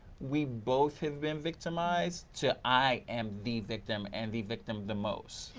we both have been victimized to i am the victim and the victim the most.